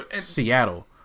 Seattle